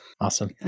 Awesome